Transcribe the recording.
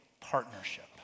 partnership